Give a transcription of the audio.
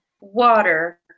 water